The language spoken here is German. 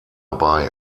bei